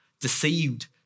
deceived